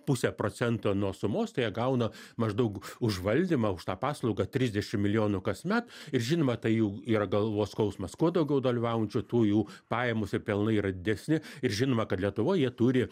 pusę procento nuo sumos tai jie gauna maždaug už valdymą už tą paslaugą trisdešim milijonų kasmet ir žinoma tai jų yra galvos skausmas kuo daugiau dalyvaujančių tų jų pajamos ir pelnai yra didesni ir žinoma kad lietuvoj jie turi